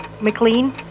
McLean